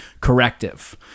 corrective